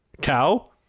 Cow